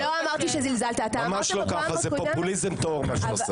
זה פופוליזם טהור מה שאת עושה.